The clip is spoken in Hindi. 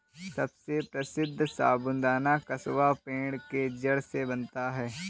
सबसे प्रसिद्ध साबूदाना कसावा पेड़ के जड़ से बनता है